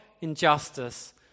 injustice